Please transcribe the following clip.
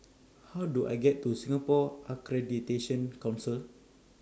How Do I get to Singapore Accreditation Council